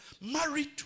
married